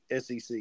SEC